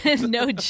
No